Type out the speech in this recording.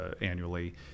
annually